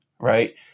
right